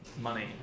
money